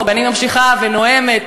ואני ממשיכה ונואמת,